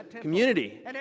community